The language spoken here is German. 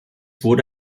wurde